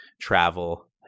travel